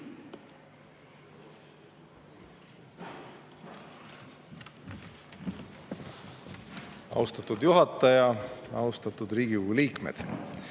Austatud juhataja! Austatud Riigikogu liikmed!